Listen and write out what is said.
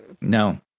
No